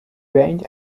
reigned